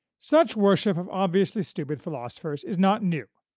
such worship of obviously stupid philosophers is not new.